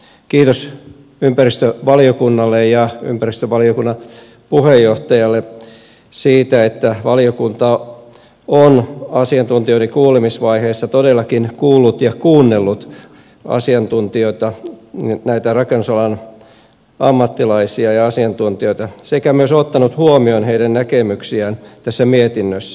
kiitos ympäristövaliokunnalle ja ympäristövaliokunnan puheenjohtajalle siitä että valiokunta on asiantuntijoiden kuulemisvaiheessa todellakin kuullut ja kuunnellut asiantuntijoita näitä rakennusalan ammattilaisia ja asiantuntijoita sekä myös ottanut huomioon heidän näkemyksiään tässä mietinnössä